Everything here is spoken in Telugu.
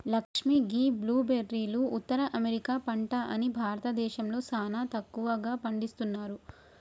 లక్ష్మీ గీ బ్లూ బెర్రీలు ఉత్తర అమెరికా పంట అని భారతదేశంలో సానా తక్కువగా పండిస్తున్నారు